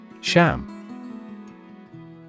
Sham